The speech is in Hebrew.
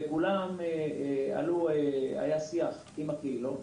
בכולם היה שיח עם הקהילות,